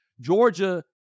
Georgia